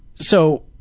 so,